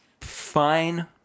fine